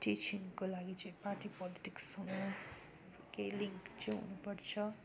टिचिङको लागि चाहिँ party politics हुनु केही लिङ्क चाहिँ हुनु पर्छ